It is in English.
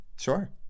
Sure